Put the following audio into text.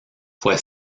fois